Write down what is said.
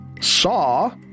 saw